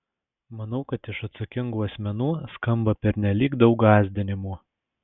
manau kad iš atsakingų asmenų skamba pernelyg daug gąsdinimų